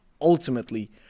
ultimately